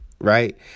right